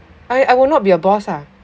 I I will not be a boss ah